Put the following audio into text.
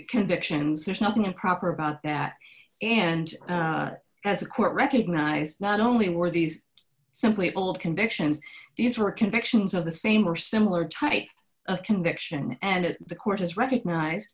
convictions there's nothing improper about that and as a court recognized not only were these simply all convictions these were convictions of the same or similar type of conviction and the court has recognize